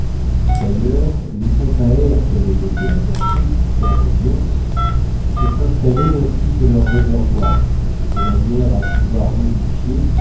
d'ailleurs les pompes à air qui avaient été apportées du fort reliance furent installées ainsi que leur réservoir de manière à pouvoir modifier